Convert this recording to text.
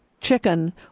chicken